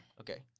Okay